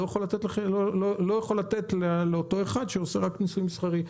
לא יכול לתת לאותו אחד שעושה רק ניסוי מסחרי.